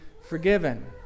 forgiven